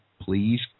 please